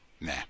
Nah